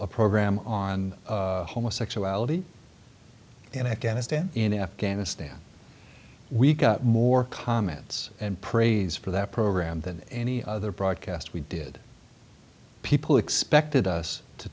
a program on homosexuality and afghanistan in afghanistan we got more comments and praise for that program than any other broadcast we did people expected us to